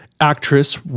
actress